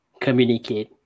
communicate